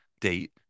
date